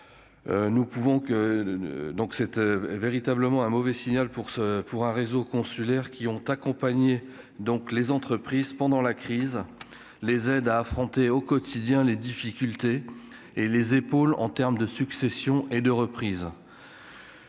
Nous pouvons que donc cette véritablement un mauvais signal pour se pour un réseau consulaire qui ont accompagné, donc les entreprises pendant la crise, les aide à affronter au quotidien les difficultés et les épaules en terme de succession et de reprise.